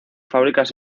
fábricas